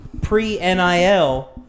pre-NIL